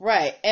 Right